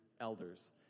elders